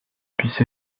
puisse